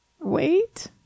wait